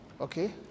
okay